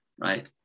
right